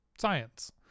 science